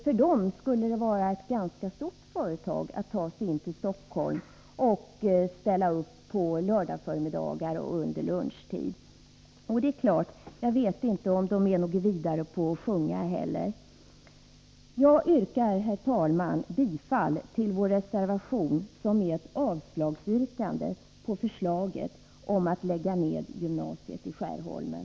För dem skulle det vara ett ganska stort företag att ta sig in till Stockholm på lördagsförmiddagar och på lunchtid. Jag vet inte om de är något vidare på att sjunga heller. Jag yrkar, herr talman, bifall till vår reservation, som är ett avslagsyrkande på förslaget om att lägga ned gymnasiet i Skärholmen.